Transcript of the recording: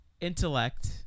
intellect